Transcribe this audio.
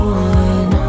one